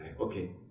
Okay